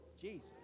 Jesus